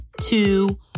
two